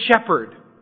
shepherd